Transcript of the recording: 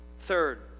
Third